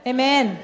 Amen